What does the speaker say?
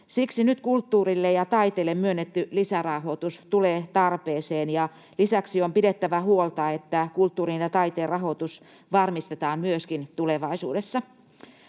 Siksi nyt kulttuurille ja taiteelle myönnetty lisärahoitus tulee tarpeeseen. Lisäksi on pidettävä huolta, että kulttuurin ja taiteen rahoitus varmistetaan myöskin tulevaisuudessa.